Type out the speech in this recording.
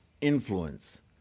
influence